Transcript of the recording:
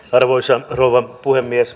arvoisa rouva puhemies